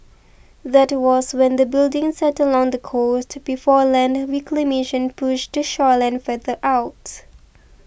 that was when the building sat along the coast before land reclamation push the shoreline further out